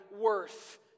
worth